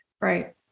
Right